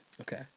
Okay